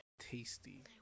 Tasty